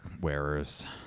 wearers